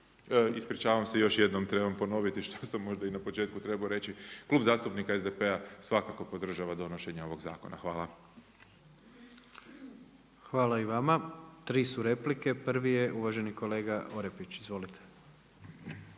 Ispričavam se još jednom, trebam ponoviti i što sam možda na početku trebao reći, Klub zastupnika SDP-a svakako podržava donošenje ovog zakona. Hvala. **Jandroković, Gordan (HDZ)** Hvala i vama. 3 su replike. Prvi je uvaženi kolega Orepić. Izvolite.